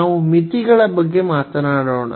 ನಾವು ಮಿತಿಗಳ ಬಗ್ಗೆ ಮಾತನಾಡೋಣ